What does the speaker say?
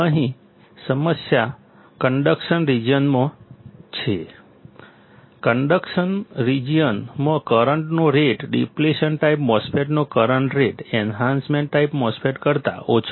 અહીં સમસ્યા કન્ડક્શન રિજિયનમાં છે કન્ડક્શન રિજિયનમાં કરંટનો રેટ ડીપ્લેશન ટાઈપ MOSFET નો current rate enhancement type MOSFET કરતા ઓછો છે